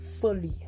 fully